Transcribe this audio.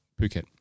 Phuket